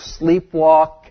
sleepwalk